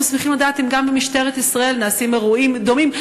היינו שמחים לדעת אם גם במשטרת ישראל נעשים אירועים דומים,